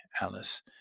Alice